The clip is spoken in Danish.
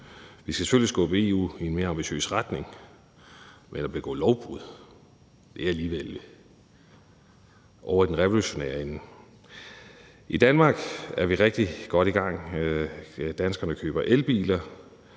Vi skal selvfølgelig skubbe EU i en mere ambitiøs retning, men at begå lovbrud er alligevel ovre i den revolutionære ende. I Danmark er vi rigtig godt i gang. Danskerne køber elbiler.